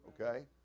Okay